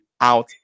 out